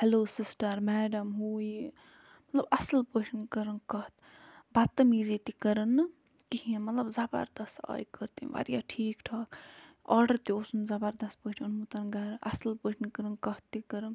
hello sister madam ہُہ یہِ مطلب اَصٕل پٲٹھٮ۪ن کَرٕن کَتھ بَدتٔمیٖزِ تہِ کٔرٕنۍ نہٕ کِہیٖنٛۍ مطلب زَبردست آیہِ کٔرۍ تٔمۍ واریاہ ٹھیٖک ٹھاک آرڈر تہِ اوسُن زَبردست پٲٹھۍ اوٚنمُتن گرٕاَصٕل پٲٹھٮ۪ن کٔرٕن کَتھ تہِ کٔرٕن